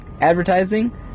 Advertising